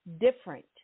different